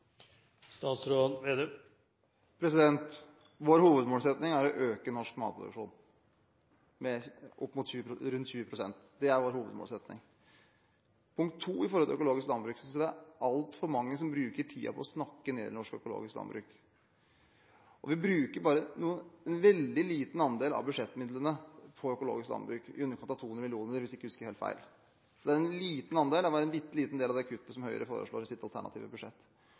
Vår hovedmålsetting er å øke norsk matproduksjon med rundt 20 pst. Det er vår hovedmålsetting. Punkt to: Når det gjelder økologisk landbruk, synes jeg altfor mange bruker tid på å snakke ned norsk økologisk landbruk. Vi bruker bare en veldig liten andel av budsjettmidlene på økologisk landbruk – i underkant av 200 mill. kr, hvis jeg ikke husker helt feil. Så det er en liten andel, og bare en bitte liten del av det kuttet som Høyre foreslår i sitt alternative budsjett.